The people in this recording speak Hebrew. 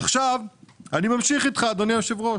עכשיו אני ממשיך איתך אדוני היושב ראש.